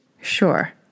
Sure